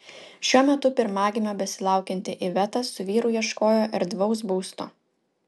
šiuo metu pirmagimio besilaukianti iveta su vyru ieškojo erdvaus būsto